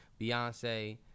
Beyonce